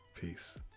Peace